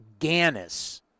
Gannis